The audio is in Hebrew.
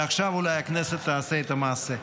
ועכשיו אולי הכנסת תעשה את המעשה.